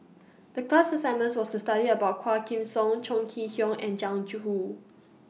The class assignments was to study about Quah Kim Song Chong Kee Hiong and Jiang Hu